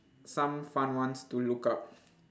some fun ones to look up